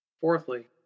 Fourthly